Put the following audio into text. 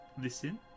listen